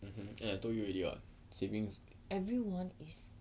everyone is